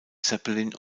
zeppelin